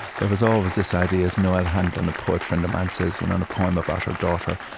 there was always this idea as noel hanlon, a poet friend of mine says in a poem about her daughter,